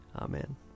Amen